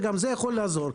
גם זה יכול לעזור.